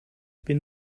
bin